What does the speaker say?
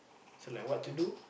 so like what to do